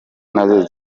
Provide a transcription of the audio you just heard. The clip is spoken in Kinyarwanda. nazo